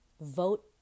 vote